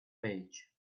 page